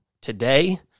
today